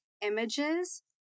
images